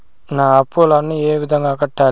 నా అప్పులను ఏ విధంగా కట్టాలి?